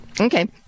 Okay